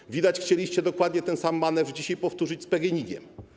Jak widać, chcieliście dokładnie ten sam manewr dzisiaj powtórzyć z PGNiG-em.